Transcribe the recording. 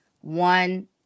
One